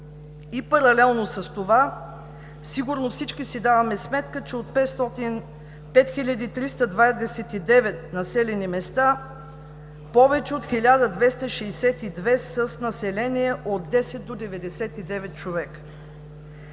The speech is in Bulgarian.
Паралелно с това сигурно всички си даваме сметка, че от 5329 населени места повече от 1262 са с население от 10 до 99 човека.